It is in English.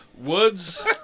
Woods